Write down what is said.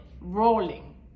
rolling